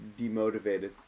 demotivated